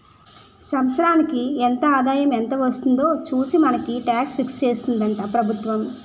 సంవత్సరానికి ఎంత ఆదాయం ఎంత వస్తుందో చూసి మనకు టాక్స్ ఫిక్స్ చేస్తుందట ప్రభుత్వం